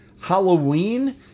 Halloween